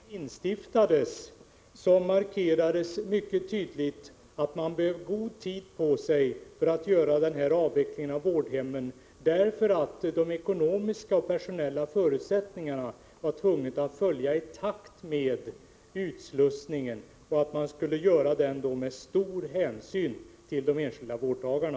Herr talman! Redan när lagen antogs markerades mycket tydligt att man behövde lång tid för att avveckla vårdhemmen, därför att man beträffande de ekonomiska och personella förutsättningarna var tvungen att vara i takt med utslussningen, som skulle göras med stor hänsyn till de enskilda vårdtagarna.